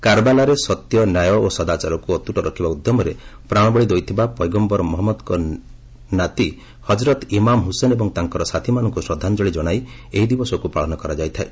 କାର୍ବାଲାରେ ସତ୍ୟ ନ୍ୟାୟ ଓ ସଦାଚାରକୁ ଅତ୍କୁଟ ରଖିବା ଉଦ୍ୟମରେ ପ୍ରାଣବଳୀ ଦେଇଥିବା ପୈଗମ୍ଭର ମହମ୍ମଦ୍ଙ୍କ ନାତୀ ହଜ୍ରତ୍ ଇମାମ୍ହୁସେନ୍ ଏବଂ ତାଙ୍କର ସାଥିମାନଙ୍କୁ ଶ୍ରଦ୍ଧାଞ୍ଜଳୀ ଜଣାଇ ଏହି ଦିବସକୁ ପାଳନ କରାଯାଇଥାଏ